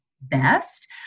best